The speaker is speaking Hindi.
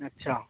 अच्छा